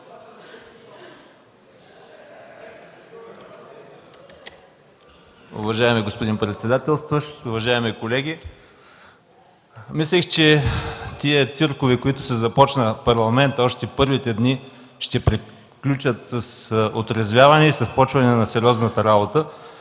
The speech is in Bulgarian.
Уважаеми господин председател, уважаеми колеги! Мислех, че тези циркове, с които започна Парламентът още в първите дни, ще приключат с отрезвяване и започване на сериозната работа.